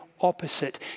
opposite